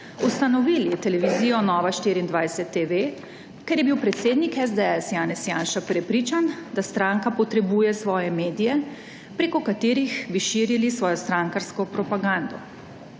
ustanovili televizijo Nova24TV, ker je bil predsednik SDS Janez Janša prepričan, da stranka potrebuje svoje medije, preko katerih bi širili svojo strankarsko propagando.